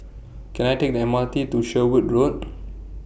Can I Take The M R T to Sherwood Road